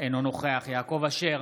אינו נוכח יעקב אשר,